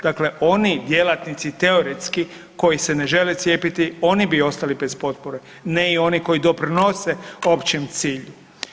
Dakle, oni djelatnici teoretski koji se ne žele cijepiti oni bi ostali bez potpore, ne i oni koji doprinose općem cilju.